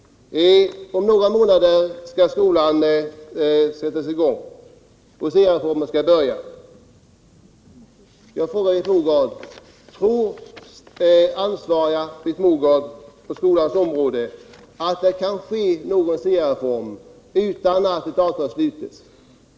Om några månader börjar skolan och SIA-reformen skall sättas i gång. Tror Britt Mogård, som är ansvarig på skolans område, att det kan genomföras någon SIA-reform utan att ett avtal har slutits?